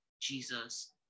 Jesus